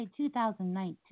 2019